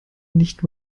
nicht